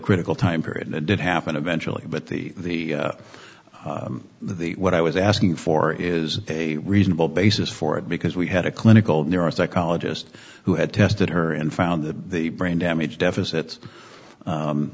critical time period and it did happen eventually but the the what i was asking for is a reasonable basis for it because we had a clinical neuropsychologist who had tested her and found that the brain damage deficits